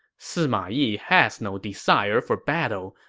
sima yi has no desire for battle.